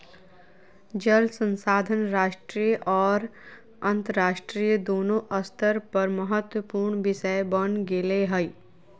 जल संसाधन राष्ट्रीय और अन्तरराष्ट्रीय दोनों स्तर पर महत्वपूर्ण विषय बन गेले हइ